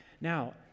Now